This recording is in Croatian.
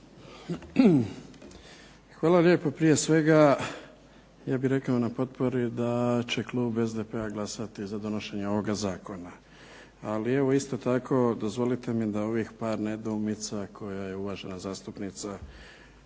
Hvala lijepa. Prije svega ja bih rekao na potpori da će klub SDP-a glasati za donošenje ovoga zakona. Ali evo isto tako dozvolite mi da ovih par nedoumica koja je uvažena zastupnica